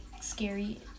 scary